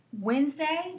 Wednesday